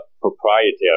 proprietary